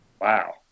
Wow